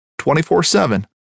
24-7